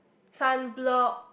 sunblock